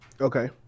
Okay